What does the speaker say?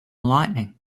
lightning